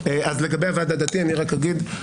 לגבי הוועד הדתי אני רק אגיד,